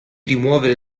rimuovere